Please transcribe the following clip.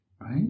right